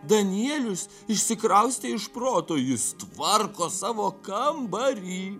danielius išsikraustė iš proto jis tvarko savo kambarį